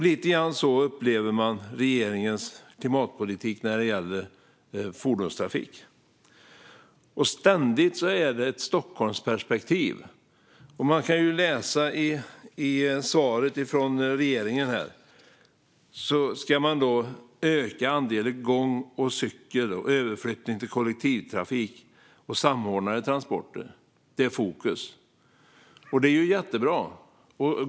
Lite så upplever man regeringens klimatpolitik när det gäller fordonstrafik. Och ständigt är det ett Stockholmsperspektiv. Vi kan läsa i svaret från regeringen om "ökad andel gång och cykel, överflyttning till kollektivtrafik och samordnade transporter". Där ligger fokus, och det är ju jättebra.